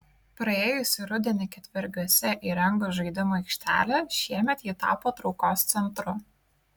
praėjusį rudenį ketvergiuose įrengus žaidimų aikštelę šiemet ji tapo traukos centru